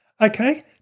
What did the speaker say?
Okay